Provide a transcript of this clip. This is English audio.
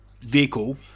vehicle